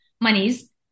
monies